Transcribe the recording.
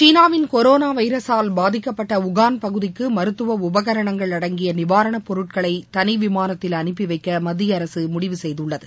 சீனாவின் கொரோனா வைரசால் பாதிக்கப்பட்ட வூகாள் பகுதிக்கு மருத்துவ உபகரணங்கள் அடங்கிய நிவாரண பொருட்களை தனி விமானத்தில் அனுப்பி வைக்க மத்திய அரசு முடிவு செய்துள்ளது